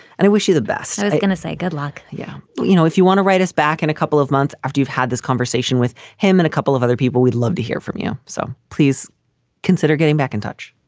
and i wish you the best. gonna say good luck. yeah. you know, if you want to write us back in a couple of months after you've had this conversation with him in a couple of other people, we'd love to hear from you. so please consider getting back in touch.